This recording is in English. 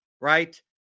right